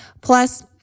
Plus